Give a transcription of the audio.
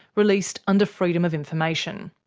released under freedom of information.